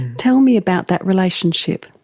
tell me about that relationship.